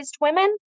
women